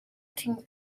thing